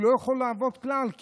הוא לא יכול לעבוד כלל,